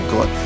God